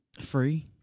free